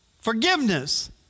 Forgiveness